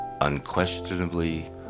Unquestionably